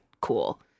cool